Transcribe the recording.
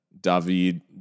David